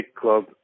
club